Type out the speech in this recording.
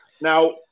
Now